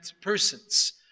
persons